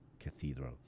cathedral